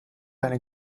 eine